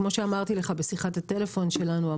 כמו שאמרתי לך בשיחת הטלפון שלנו,